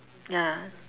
ya